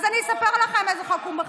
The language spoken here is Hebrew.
אז אני אספר לכם איזה חוק הוא מחרים: